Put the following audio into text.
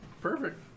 perfect